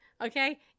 Okay